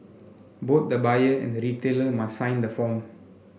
both the buyer and the retailer must sign the form